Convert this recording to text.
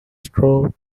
strove